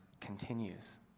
continues